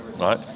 right